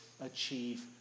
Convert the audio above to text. achieve